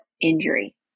injury